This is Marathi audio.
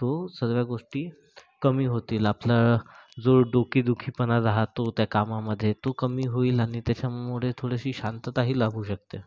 तो सर्व गोष्टी कमी होतील आपला जो डोकेदुखी पणा राहतो त्या कामामध्ये तो कमी होईल आणि त्याच्यामुळे थोडीशी शांतताही लाभू शकते